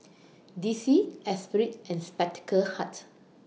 D C Esprit and Spectacle Hut